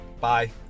Bye